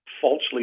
falsely